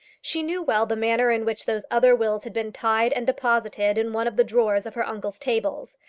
she knew well the manner in which those other wills had been tied and deposited in one of the drawers of her uncle's tables.